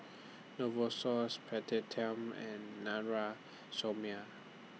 Novosource and Somia